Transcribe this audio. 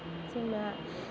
जोंना